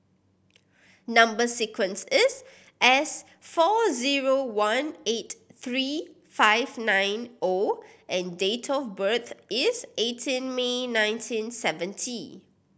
number sequence is S four zero one eight three five nine O and date of birth is eighteen May nineteen seventy